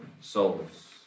souls